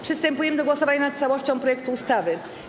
Przystępujemy do głosowania nad całością projektu ustawy.